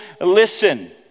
listen